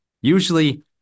Usually